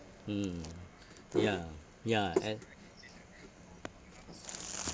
mm ya ya and